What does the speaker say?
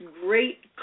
great